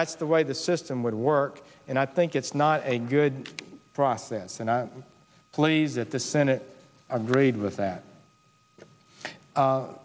that's the way the system would work and i think it's not a good process and i'm pleased that the senate agreed